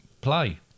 Play